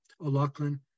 O'Loughlin